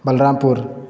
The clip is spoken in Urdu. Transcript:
بلرامپور